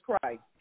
Christ